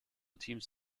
teams